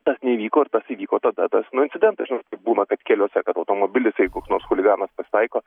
tas neįvyko ir tas įvyko tada tas nu incidentas nu žinot būna kad keliuose automobilis jei koks nors chuliganas pasitaiko